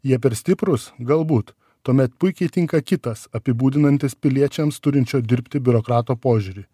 jie per stiprūs galbūt tuomet puikiai tinka kitas apibūdinantis piliečiams turinčio dirbti biurokrato požiūrį